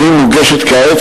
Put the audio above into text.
והיא מוגשת כעת,